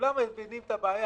כולם מבינים את הבעיה,